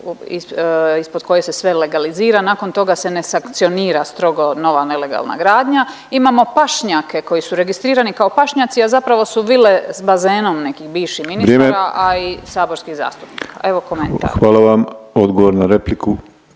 ispod koje se sve legalizira, nakon toga se ne sankcionira strogo nova nelegalna gradnja. Imamo pašnjake koji su registrirani kao pašnjaci, a zapravo su vile sa bazenom nekih bivših ministara … …/Upadica Penava: Vrijeme!/… … a i saborskih zastupnika.